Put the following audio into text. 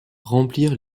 remplir